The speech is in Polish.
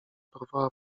porwała